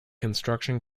construction